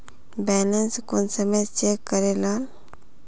Balance कुंसम check करे लाल?